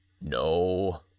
no